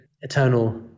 eternal